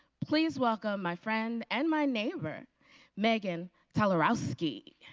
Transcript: please welcome my friend and my neighbor meghan talarowski.